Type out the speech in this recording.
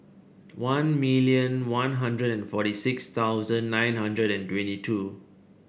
one million One Hundred and forty six thousand nine hundred and twenty two